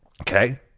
Okay